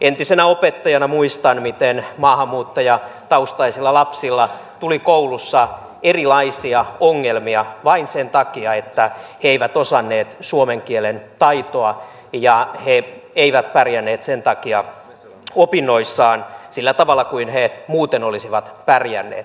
entisenä opettajana muistan miten maahanmuuttajataustaisilla lapsilla tuli koulussa erilaisia ongelmia vain sen takia että he eivät osanneet suomen kielen taitoa ja he eivät pärjänneet sen takia opinnoissaan sillä tavalla kuin he muuten olisivat pärjänneet